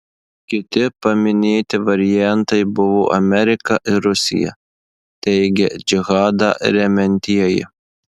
kiti paminėti variantai buvo amerika ir rusija teigia džihadą remiantieji